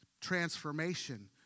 transformation